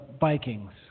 Vikings